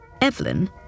Evelyn